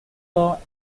law